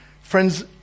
Friends